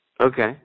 Okay